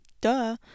duh